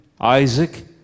Isaac